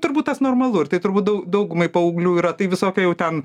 turbūt tas normalu ir tai turbūt dau daugumai paauglių yra tai visokio jau ten